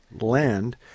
Land